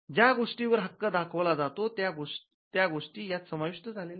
ज्या गोष्टींवर हक्क दाखवला जातो त्या गोष्टी यात समाविष्ट झालेल्या आहेत